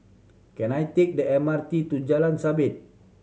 can I take the M R T to Jalan Sabit